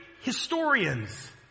historians